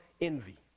envy